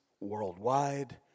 worldwide